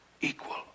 equal